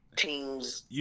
team's